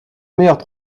meilleurs